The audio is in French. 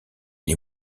les